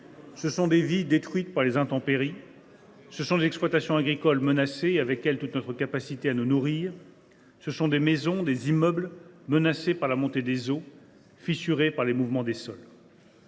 ce sont des vies détruites par les intempéries ; ce sont des exploitations agricoles menacées et, avec elles, toute notre capacité à nous nourrir ; ce sont des maisons et des immeubles menacés par la montée des eaux ou fissurés par les mouvements des sols.